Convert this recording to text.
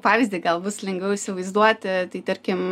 pavyzdį gal bus lengviau įsivaizduoti tai tarkim